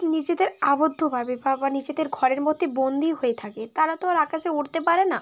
নিজেদের আবদ্ধভাবে বা নিজেদের ঘরের মধ্যে বন্দি হয়ে থাকে তারা তো আর আকাশে উড়তে পারে না